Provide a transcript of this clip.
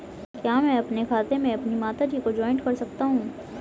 क्या मैं अपने खाते में अपनी माता जी को जॉइंट कर सकता हूँ?